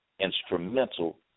Instrumental